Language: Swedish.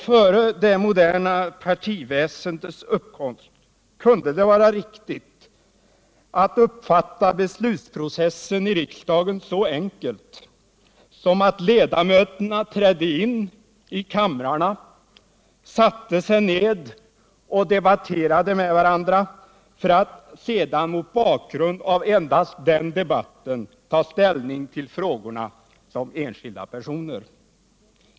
Före det moderna partiväsendets tillkomst kunde det vara riktigt att uppfatta beslutsprocessen i riksdagen så enkelt som att ledamöterna trädde in i kamrarna, satte sig ned och debatterade med varandra för att sedan mot bakgrund av endast den debatten ta ställning till frågorna som enskilda personer.